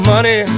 Money